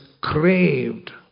craved